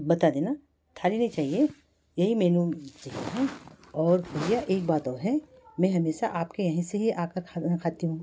बता देना थाली नहीं चाहिए यही मेनू और भैया एक बात और है मैं हमेशा आपके यहाँ से ही आ कर खाना खाती हूँ